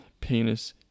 penis